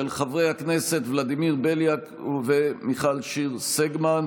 חברי הכנסת ולדימיר בליאק ומיכל שיר סגמן.